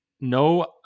no